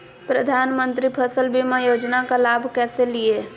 प्रधानमंत्री फसल बीमा योजना का लाभ कैसे लिये?